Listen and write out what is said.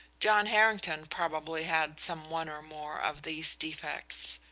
john harrington probably had some one or more of these defects.